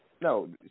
No